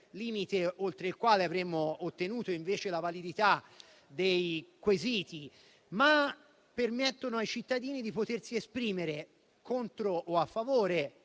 limite oltre il quale avremmo ottenuto la validità dei quesiti, ma permettono ai cittadini di potersi esprimere contro o a favore